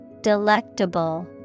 Delectable